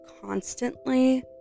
constantly